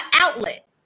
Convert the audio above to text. outlet